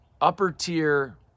upper-tier